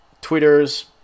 Twitters